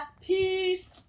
Peace